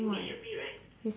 what it's